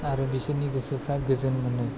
आरो बिसोरनि गोसोफ्रा गोजोन मोनो